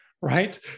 right